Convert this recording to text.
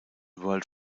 world